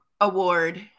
award